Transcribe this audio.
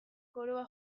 koroa